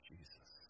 Jesus